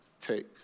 take